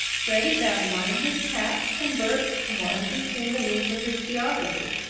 freddie found one in his cap, and bert one between the leaves of his geography.